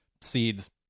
seeds